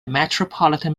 metropolitan